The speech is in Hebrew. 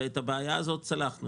ואת הבעיה הזאת צלחנו.